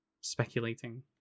speculating